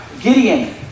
Gideon